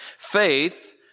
Faith